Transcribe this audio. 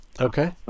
Okay